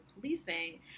policing